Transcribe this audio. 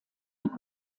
mit